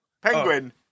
Penguin